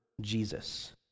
Jesus